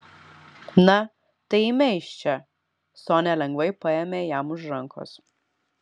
na tai eime iš čia sonia lengvai paėmė jam už rankos